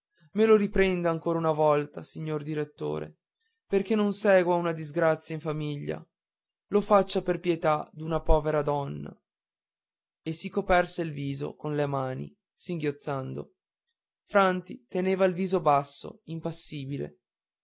me lo riprenda ancora una volta signor direttore perché non segua una disgrazia in famiglia lo faccia per pietà d'una povera donna e si coperse il viso con le mani singhiozzando franti teneva il viso basso impassibile